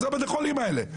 מה זה בתי החולים האלה?